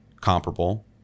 comparable